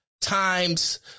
times